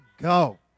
go